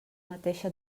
mateixa